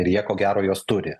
ir jie ko gero juos turi